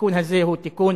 התיקון הזה הוא תיקון